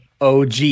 OG